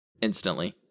instantly